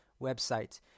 website